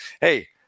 Hey